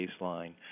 baseline